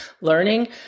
learning